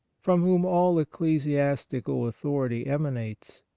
from whom all ecclesiastical authority emanates,